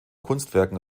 kunstwerken